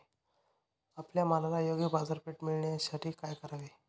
आपल्या मालाला योग्य बाजारपेठ मिळण्यासाठी काय करावे?